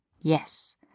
Yes